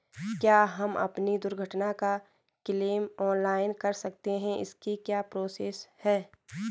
क्या हम अपनी दुर्घटना का क्लेम ऑनलाइन कर सकते हैं इसकी क्या प्रोसेस है?